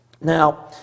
Now